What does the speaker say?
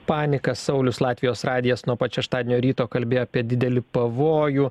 paniką saulius latvijos radijas nuo pat šeštadienio ryto kalbėjo apie didelį pavojų